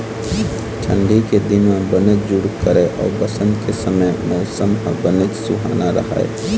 ठंडी के दिन म बनेच जूड़ करय अउ बसंत के समे मउसम ह बनेच सुहाना राहय